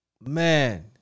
Man